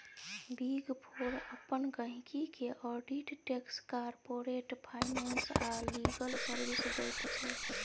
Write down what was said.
big four अपन गहिंकी केँ आडिट टैक्स, कारपोरेट फाइनेंस आ लीगल सर्विस दैत छै